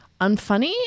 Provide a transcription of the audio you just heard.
unfunny